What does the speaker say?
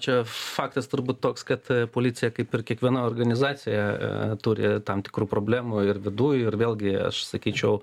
čia faktas turbūt toks kad policija kaip ir kiekviena organizacija turi tam tikrų problemų ir viduj ir vėlgi aš sakyčiau